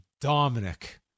Dominic